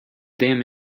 damn